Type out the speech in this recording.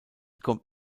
kommt